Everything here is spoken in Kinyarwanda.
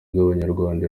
bw’abanyarwanda